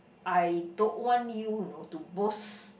I don't want you you know to boast